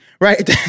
Right